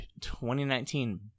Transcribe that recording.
2019